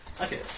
okay